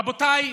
רבותיי,